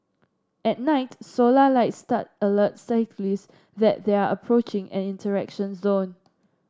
at night solar light stud alert cyclist that they are approaching an interaction zone